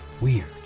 weird